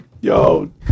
yo